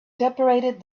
separated